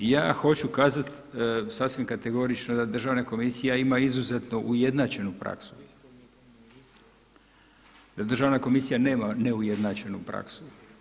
Ja hoću kazati sasvim kategorično da državna komisija ima izuzetno ujednačenu praksu, da državna komisija nema neujednačenu prasku.